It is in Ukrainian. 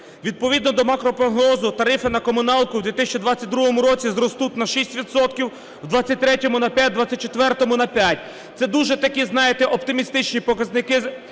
Відповідно до макропрогнозу, тарифи на комуналку в 2022 році зростуть на 6 відсотків, в 2203-му – на 5, в 2024-му – на 5. Це дуже такі, знаєте, оптимістичні показники,